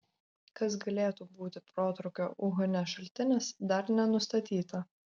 kas galėtų būti protrūkio uhane šaltinis dar nenustatyta